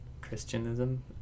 Christianism